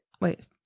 wait